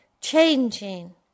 changing